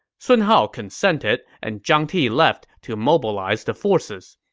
sun hao consented, and zhang ti left to mobilize the forces.